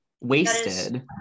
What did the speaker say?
wasted